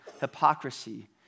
hypocrisy